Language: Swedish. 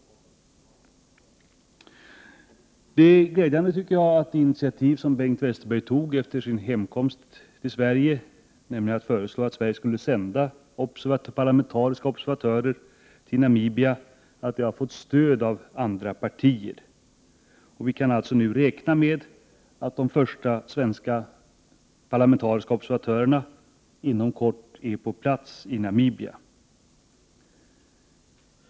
Det är glädjande att det initiativ som Bengt Westerberg tog efter sin hemkomst till Sverige — nämligen att föreslå att Sverige skall sända parlamentariska observatörer till Namibia — har fått stöd av andra partier. Vi kan nu således räkna med att de första svenska parlamentariska observatörerna inom kort är på plats i Namibia.